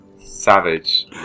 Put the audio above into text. Savage